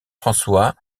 françois